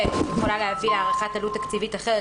ויכולה להביא להערכת עלות תקציבית אחרת,